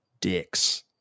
dicks